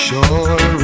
Sure